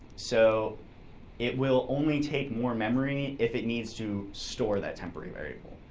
so it will only take more memory if it needs to store that temporary variable.